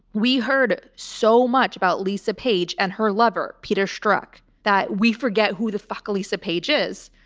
we heard so much about lisa page and her lover, peter struck that we forget who the fuck lisa page is.